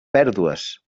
pèrdues